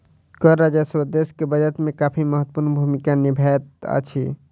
कर राजस्व देश के बजट में काफी महत्वपूर्ण भूमिका निभबैत अछि